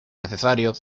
necesario